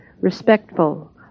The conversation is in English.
respectful